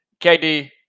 KD